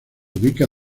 ubica